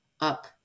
up